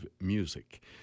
music